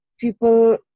people